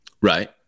right